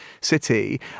city